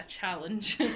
challenge